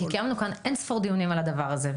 כי קיימנו כאן אין-ספור דיונים על הדבר הזה,